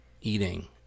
eating